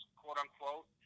quote-unquote